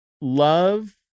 love